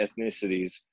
ethnicities